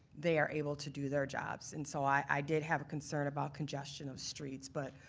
they are able to do their jobs. and so i did have a concern about congestion of streets. but,